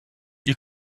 you